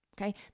Okay